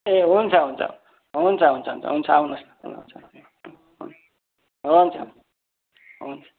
ए हुन्छ हुन्छ हुन्छ हुन्छ हुन्छ हुन्छ आउनुहोस् हुन्छ हुन्छ हुन् हुन्छ हुन्छ हुन्छ